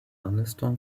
neston